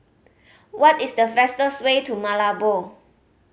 what is the fastest way to Malabo